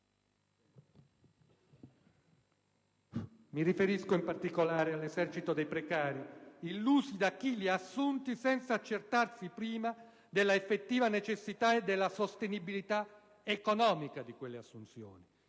Mi riferisco in particolare all'esercito dei precari, illusi da chi li ha assunti senza accertarsi prima dell'effettiva necessità e della sostenibilità economica di quelle assunzioni.